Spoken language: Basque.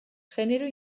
genero